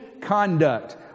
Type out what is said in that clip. conduct